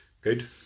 Good